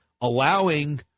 allowing